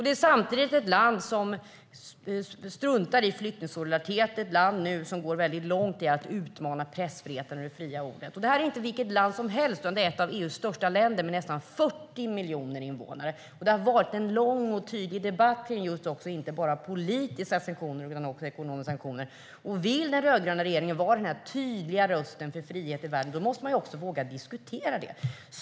Det är samtidigt ett land som struntar i flyktingsolidaritet och som nu går långt i att utmana pressfriheten och det fria ordet. Vill den rödgröna regeringen vara den tydliga rösten för frihet i världen måste man också våga diskutera det.